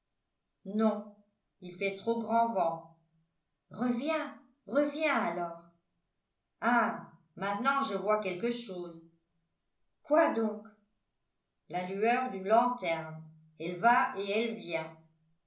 non il fait trop grand vent reviens reviens alors ah maintenant je vois quelque chose quoi donc la lueur d'une lanterne elle va et elle vient